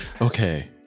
Okay